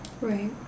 Right